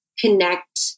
connect